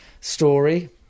story